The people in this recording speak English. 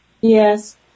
Yes